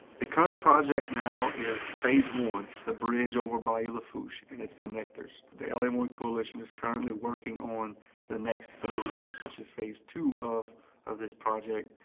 the current project now is phase one, the bridge over bayou lafourche and its connectors. the l a one coalition is currently working on the next phase, which is phase two of of this project,